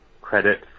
credit